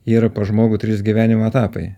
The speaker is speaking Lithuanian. yra pas žmogų trys gyvenimo etapai